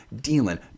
dealing